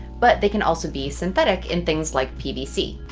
but they can also be synthetic in things like pvc.